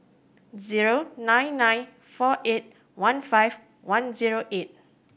zero nine nine four eight one five one zero eight